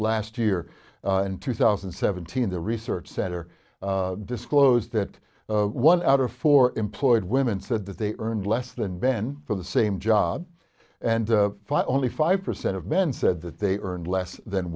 last year in two thousand and seventeen the research center disclosed that one out of four employed women said that they earned less than men for the same job and only five percent of men said that they earned less than